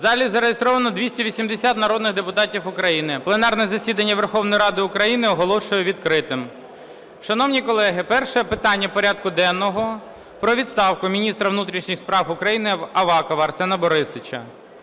В залі зареєстровано 280 народних депутатів України. Пленарне засідання Верховної Ради України оголошую відкритим. Шановні колеги, перше питання порядку денного: про відставку міністра внутрішніх справ України Авакова Арсена Борисовича.